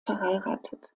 verheiratet